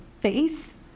face